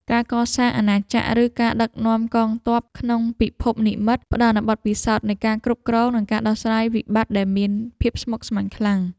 ការកសាងអាណាចក្រឬការដឹកនាំកងទ័ពក្នុងពិភពនិម្មិតផ្តល់នូវបទពិសោធន៍នៃការគ្រប់គ្រងនិងការដោះស្រាយវិបត្តិដែលមានភាពស្មុគស្មាញខ្លាំង។